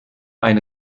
ein